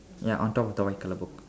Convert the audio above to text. ya on top of the white colour book